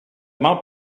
mal